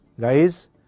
Guys